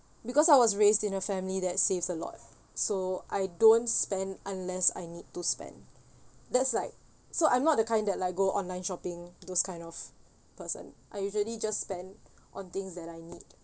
because I was raised in a family that saves a lot so I don't spend unless I need to spend that's like so I'm not the kind that like go online shopping those kind of person I usually just spend on things that I need